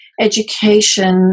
Education